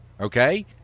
okay